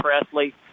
Presley